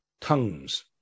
tongues